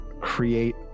create